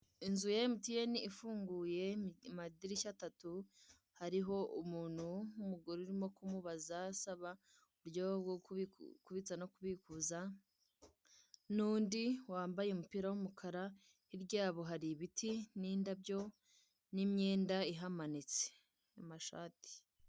Inzu ya emutiyene ifunguye amadirishya atatu, hariho umuntu w'umugore uri kumubaza asaba uburyo bwo kubitsa no kubikuza, n'undi wambaye umupira w'umukara hirya yaho hari ibiti, n'indabyo n'imyenda ihamanitse y'amashati.